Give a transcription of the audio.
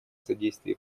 содействии